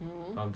mmhmm